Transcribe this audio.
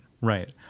right